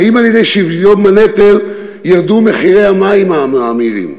האם על-ידי שוויון בנטל ירדו מחירי המים המאמירים?